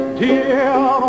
dear